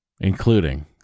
including